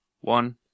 one